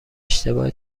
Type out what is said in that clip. اشتباه